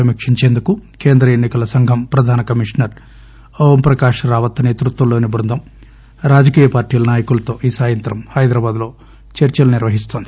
సమీక్షించేందుకు కేంద్ర ఎన్ని కల సంఘం ప్రధాన కమీషనర్ ఓంప్రకాశ్ రావత్ నేతృత్వంలోని బృందం రాజకీయ పార్టీల నాయకులతో ఈ సాయంత్రం హైదరాబాద్లో చర్చలు నిర్వహిస్తోంది